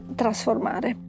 trasformare